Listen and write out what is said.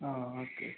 ആ ഓക്കെ